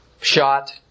shot